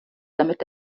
damit